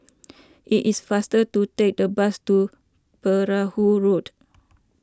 it is faster to take the bus to Perahu Road